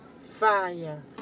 fire